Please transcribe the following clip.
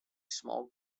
small